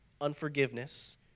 unforgiveness